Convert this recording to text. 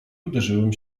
uderzyłem